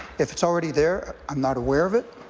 if it's already there, i'm not aware of it.